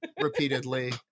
repeatedly